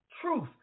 Truth